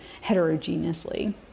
heterogeneously